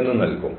എന്ന് നൽകും